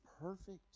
perfect